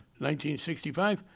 1965